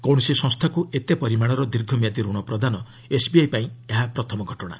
କୌଣସି ସଂସ୍ଥାକୁ ଏତେ ପରିମାଣର ଦୀର୍ଘମିଆଦୀ ରଣ ପ୍ରଦାନ ଏସ୍ବିଆଇ ପାଇଁ ଏହା ପ୍ରଥମ ଘଟଣା